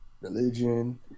religion